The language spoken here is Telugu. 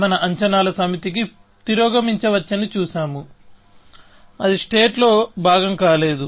మనం అంచనాల సమితికి తిరోగమించవచ్చని చూశాము అది స్టేట్లో భాగం కాలేదు